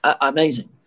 amazing